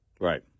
Right